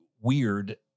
weird